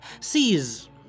sees